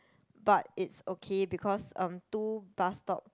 but it's okay because um two bus stop